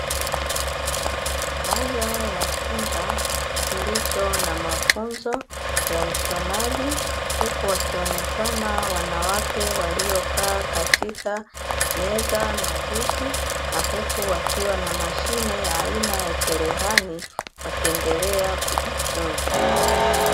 Moja ya chumba kilicho na mafunzo ya ushonaji, huku wakionekana wanawake waliokaa katika meza na viti, na huku wakiwa na mashine ya aina ya cherehani, wakiendelea kujifunza.